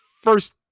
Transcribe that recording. First